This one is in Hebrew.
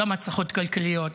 גם הצלחות כלכליות,